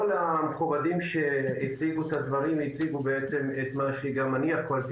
כל המכובדים הציגו את הדברים ואת מה שיכולתי